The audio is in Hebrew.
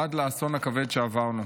עד לאסון הכבד שעברנו.